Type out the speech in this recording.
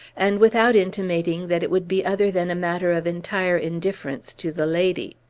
and without intimating that it would be other than a matter of entire indifference to the lady.